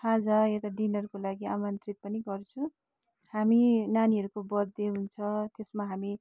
खाजा या त डिनरको लागि आमन्त्रित पनि गर्छु हामी नानीहरूको बर्थडे हुन्छ त्यसमा हामी